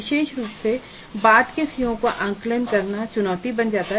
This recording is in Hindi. विशेष रूप से बाद के सीओ का आकलन करना चुनौती बन जाता है